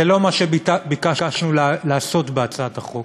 זה לא מה שביקשנו לעשות בהצעת החוק.